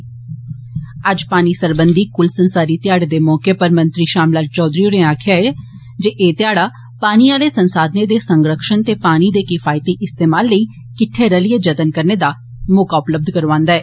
अज्ज पानी सरबंधी कूल संसारी ध्याढ़े दे मौके पर मंत्री षाम लाल चौधरी होरे आक्खेआ ऐ जे एह ध्याड़ा पानी आले संसाधने दे संरक्षण ते पानी दे किफायती इस्तेमाल लेई किट्ठे रलियै जतन करने दा मौका उपलब्ध करोआंदा ऐ